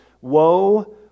Woe